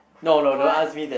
what